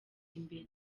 imbere